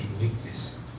weakness